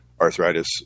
arthritis